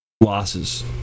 losses